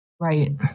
Right